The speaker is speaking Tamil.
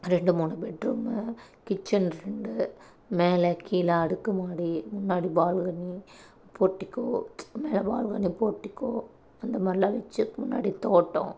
ரெண்டு மூணு பெட் ரூம் கிச்சன் ரெண்டு மேலே கீழே அடுக்கு மாடி முன்னாடி பால்கனி போர்டிகோ மேலே பால்கனி போர்டிகோ அந்தமாதிரிலாம் வச்சு முன்னாடி தோட்டம்